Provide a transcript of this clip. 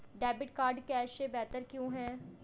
Debit card cash से बेहतर क्यों है?